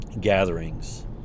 gatherings